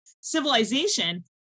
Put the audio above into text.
civilization